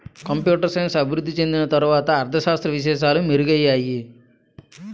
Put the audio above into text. computer science అభివృద్ధి చెందిన తర్వాత అర్ధ శాస్త్ర విశేషాలు మెరుగయ్యాయి